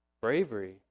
bravery